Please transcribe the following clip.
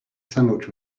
sandwich